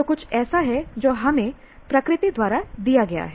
तो कुछ ऐसा है जो हमें प्रकृति द्वारा दिया गया है